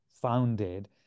founded